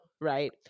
right